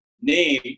name